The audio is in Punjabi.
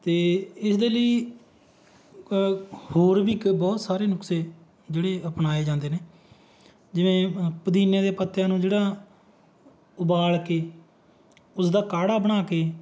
ਅਤੇ ਇਸ ਦੇ ਲਈ ਹੋਰ ਵੀ ਕ ਬਹੁਤ ਸਾਰੇ ਨੁਕਸੇ ਜਿਹੜੇ ਅਪਣਾਏ ਜਾਂਦੇ ਨੇ ਜਿਵੇਂ ਪੁਦੀਨੇ ਦੇ ਪੱਤਿਆਂ ਨੂੰ ਜਿਹੜਾ ਉਬਾਲ ਕੇ ਉਸ ਦਾ ਕਾੜ੍ਹਾ ਬਣਾ ਕੇ